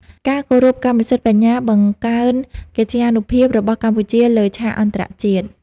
ការគោរពកម្មសិទ្ធិបញ្ញាបង្កើនកិត្យានុភាពរបស់កម្ពុជាលើឆាកអន្តរជាតិ។